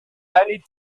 aller